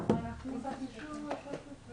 את שואלת אותי.